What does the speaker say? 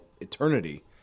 eternity